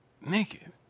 naked